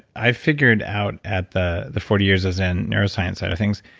i figured out at the the forty years of zen neuroscience side of things,